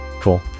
Cool